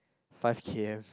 five K_M